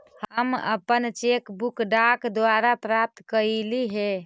हम अपन cheque book डाक द्वारा प्राप्त कईली हे